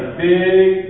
big